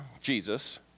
Jesus